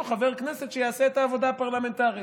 חבר כנסת שיעשה את העבודה הפרלמנטרית.